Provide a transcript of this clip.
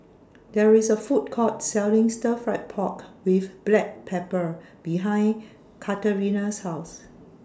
There IS A Food Court Selling Stir Fried Pork with Black Pepper behind Katarina's House